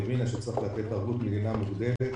והבינה שצריך לתת ערבות מדינה מוגברת,